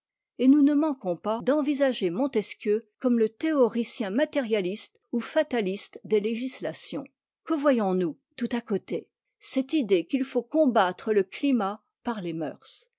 et nous ne manquons pas d'envisager montesquieu comme le théoricien matérialiste ou fataliste des législations que voyons-nous tout à côté cette idée qu'il faut combattre le climat par les mœurs